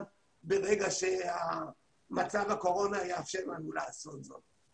ברגע שמצב הקורונה יאפשר לנו לעשות זאת.